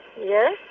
Yes